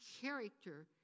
character